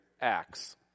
acts